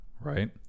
right